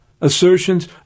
assertions